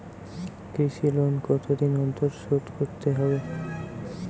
কৃষি লোন কতদিন অন্তর শোধ করতে হবে?